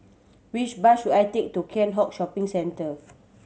which bus should I take to Keat Hong Shopping Centre